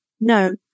no